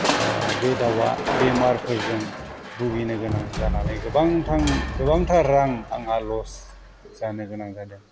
बे दावआ बेमारफोरजों भुगिनो गोनां जानानै गोबां गोबांथार रां आंहा लस जानो गोनां जादों